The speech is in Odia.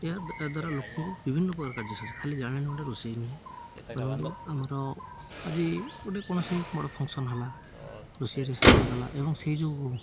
ଏହା ଏହା ଦ୍ୱାରା ଲୋକଙ୍କୁ ବିଭିନ୍ନ ପ୍ରକାର କାର୍ଯ୍ୟ ଖାଲି ଜାଳେଣୀ ଗୋଟେ ରୋଷେଇ ନୁହେଁ ଧରନ୍ତୁ ଆମର ଆଜି ଗୋଟେ କୌଣସି ବଡ଼ ଫଙ୍କସନ ହେଲା ରୋଷେଇରେ ସାହାଯ୍ୟ କଲା ଏବଂ ସେଇ ଯେଉଁ